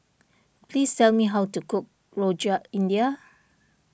please tell me how to cook Rojak India